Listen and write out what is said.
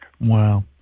Wow